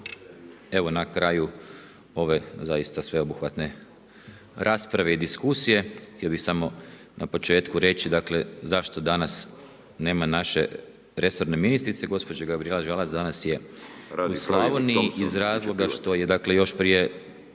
Evo na kraju ove zaista sveobuhvatne rasprave i diskusije, htio bi samo na početku reći, dakle zašto danas nema naše resorne ministrice. Gospođa Gabrijela Žalac danas je u Slavoniji iz razloga što je dakle još prije